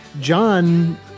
John